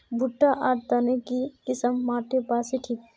भुट्टा र तने की किसम माटी बासी ठिक?